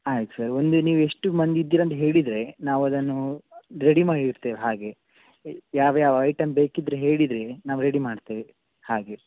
ಆಯ್ತು ಸರ್ ಒಂದು ನೀವು ಎಷ್ಟು ಮಂದಿ ಇದ್ದಿರ ಅಂತ ಹೇಳಿದರೆ ನಾವು ಅದನ್ನೂ ರೆಡಿ ಮಾಡಿ ಇಡ್ತೇವೆ ಹಾಗೆ ಯಾವ ಯಾವ ಐಟಮ್ ಬೇಕಿದ್ರೆ ಹೇಳಿದರೆ ನಾವು ರೆಡಿ ಮಾಡ್ತೇವೆ ಹಾಗೆ